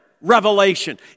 revelation